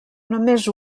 només